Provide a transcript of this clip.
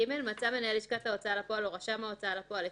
(ג) מצא מנהל לשכת ההוצאה לפועל או רשם ההוצאה לפועל,